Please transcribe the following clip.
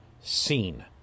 seen